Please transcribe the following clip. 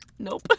Nope